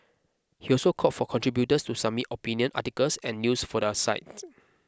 he also called for contributors to submit opinion articles and news for the site